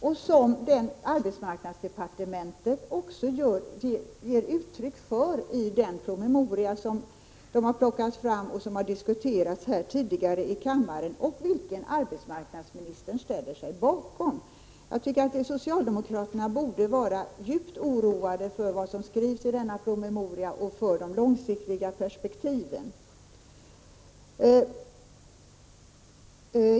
Också arbetsmarknadsdepartementet ger uttryck för detta i den promemoria som har plockats fram och diskuterats här tidigare i kammaren, och arbetsmarknadsministern ställer sig också bakom den. Jag tycker att socialdemokraterna borde vara djupt oroade över vad som skrivs i denna promemoria och över de långsiktiga perspektiven.